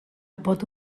pot